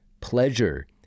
pleasure